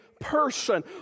person